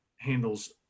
handles